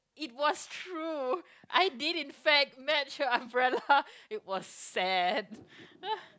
it was true I did in fact match her umbrella it was sad